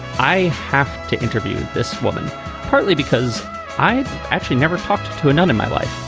i have to interview this woman partly because i actually never talked to a nun in my life.